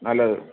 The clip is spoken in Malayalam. നല്ലത്